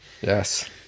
Yes